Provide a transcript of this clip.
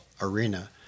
arena